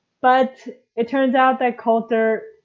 but it turns out that coulter,